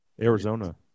Arizona